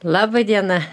laba diena